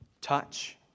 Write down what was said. touch